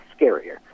scarier